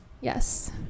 yes